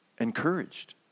encouraged